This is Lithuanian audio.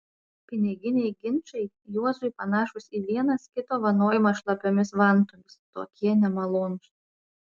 piniginiai ginčai juozui panašūs į vienas kito vanojimą šlapiomis vantomis tokie nemalonūs